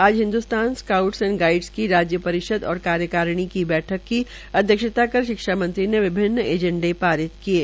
आज हिन्दूस्तान स्काउटस एवं गाइडस की राज्य परिषद और राज्य कारर्यकारिणी की बैठक की अध्यक्षता कर शिक्षा मंत्री ने विभिन्न एजेंडों को पारित किये